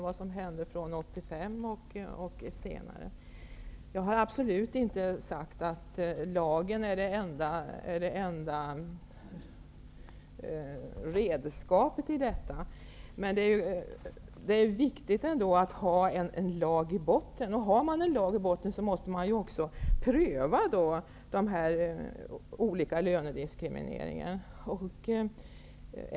Jag har absolut inte sagt att lagen är det enda redskapet i detta sammanhang. Det är viktigt att ha en lag i botten. Har man en lag i botten, då måste man också pröva lönediskrimineringar.